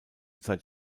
zeit